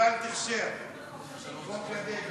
בחוק הדגל,